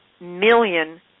million